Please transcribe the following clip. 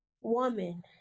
woman